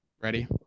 Ready